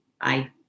Bye